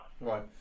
Right